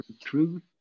truth